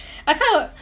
I kinda